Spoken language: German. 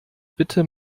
bitte